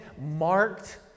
marked